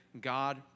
God